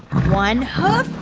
one hoof.